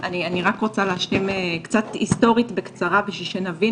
אני רק רוצה להשלים היסטורית בקצרה בשביל שנבין